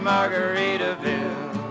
Margaritaville